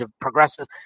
progresses